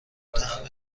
طعم